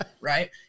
right